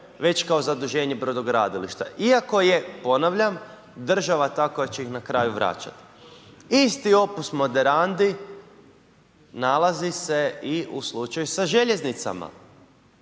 već kao zaduženje brodogradilišta, iako je, ponavljam, država ta koja će ih na kraju vraćat. Isti opus moderandi nalazi se i u slučaju sa željeznicama.